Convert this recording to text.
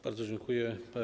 Bardzo dziękuję.